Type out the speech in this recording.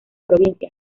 provincia